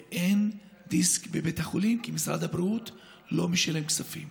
ואין דיסק בבית החולים כי משרד הבריאות לא משלם כספים.